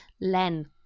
Len